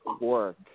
work